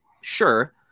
sure